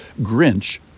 Grinch